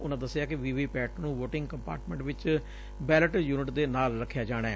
ਉਨੂਾਂ ਦਸਿਆ ਕਿ ਵੀ ਵੀ ਪੈਟ ਨੂੰ ਵੋਟਿੰਗ ਕੰਪਾਰਟਮੈਂਟ ਵਿਚ ਬੈਲਟ ਯੁਨਿਟ ਦੇ ਨਾਲ ਰੱਖਿਆ ਜਾਣੈ